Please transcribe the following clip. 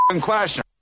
question